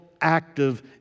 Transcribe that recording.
active